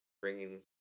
bringing